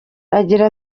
agira